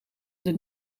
die